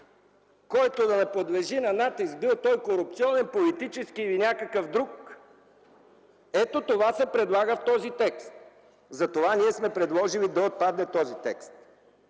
който да не подлежи на натиск – бил той корупционен, политически или някакъв друг? Ето, това се предлага в този текст. Затова ние сме предложили този текст